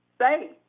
say